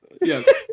Yes